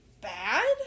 bad